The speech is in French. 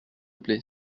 plait